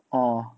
oh